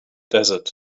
desert